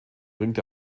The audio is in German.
bringt